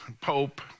Pope